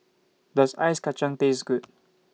Does Ice Kachang Taste Good